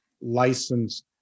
licensed